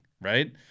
right